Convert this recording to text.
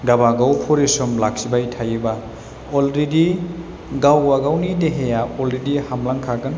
गाबागाव फरिस्रम लाखिबाय थायोबा अलरिडि गावबागावनि देहाया अलरिडि हामलांखागोन